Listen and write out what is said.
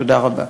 תודה רבה.